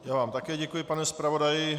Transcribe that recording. Já vám také děkuji, pane zpravodaji.